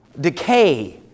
Decay